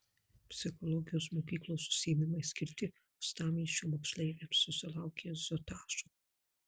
psichologijos mokyklos užsiėmimai skirti uostamiesčio moksleiviams susilaukė ažiotažo